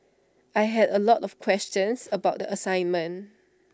I had A lot of questions about the assignment